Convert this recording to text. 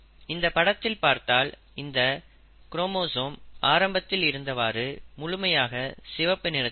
இந்த படத்தில் பார்த்தால் இந்த குரோமோசோம் ஆரம்பத்தில் இருந்தவாறு முழுமையாக சிவப்பு நிறத்தில் இல்லை